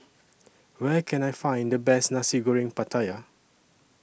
Where Can I Find The Best Nasi Goreng Pattaya